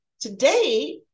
Today